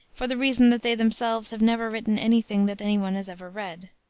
for the reason that they themselves have never written any thing that any one has ever read.